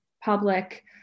public